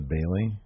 Bailey